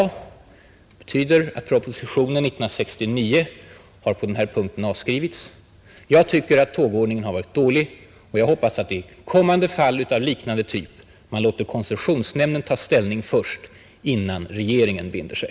Det betyder att propositionen 1969 på den här punkten har avskrivits. Jag tycker att tågordningen har varit dålig och hoppas att man vid kommande fall av liknande typ låter koncessionsnämnden ta ställning innan regeringen binder sig.